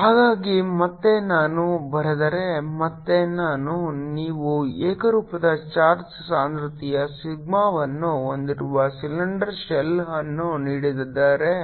ಹಾಗಾಗಿ ಮತ್ತೆ ನಾನು ಬರೆದರೆ ಮತ್ತೆ ನಾನು ನೀವು ಏಕರೂಪದ ಚಾರ್ಜ್ ಸಾಂದ್ರತೆಯ ಸಿಗ್ಮಾವನ್ನು ಹೊಂದಿರುವ ಸಿಲಿಂಡರ್ ಶೆಲ್ ಅನ್ನು ನೀಡಿದ್ದರೆ